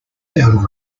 sound